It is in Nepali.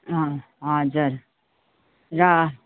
अँ हजुर ल